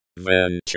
venture